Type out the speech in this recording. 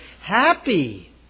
Happy